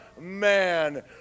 man